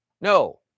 No